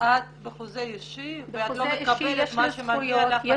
את בחוזה אישי ואת לא מקבלת מה שמגיע לך.